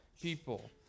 people